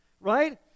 right